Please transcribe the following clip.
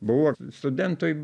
buvo studentui